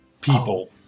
people